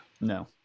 no